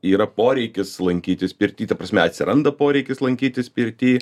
yra poreikis lankytis pirty ta prasme atsiranda poreikis lankytis pirty